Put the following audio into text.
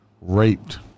raped